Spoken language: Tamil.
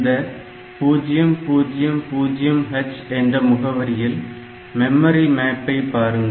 இந்த 000h என்ற முகவரியில் மெமரி மேப்பை பாருங்கள்